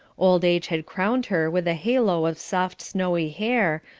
old age had crowned her with a halo of soft snowy hair,